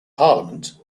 parliament